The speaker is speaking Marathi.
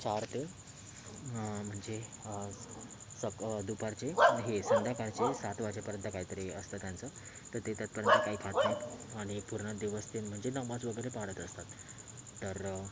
चार ते म्हणजे सक दुपारचे हे संध्याकाळचे सात वाजेपर्यंत काही तरी असतं त्यांचं तर ते तत्पर्यंत काही खात नाही आणि पूर्ण दिवस ते म्हणजे नमाज वगैरे पढत असतात तर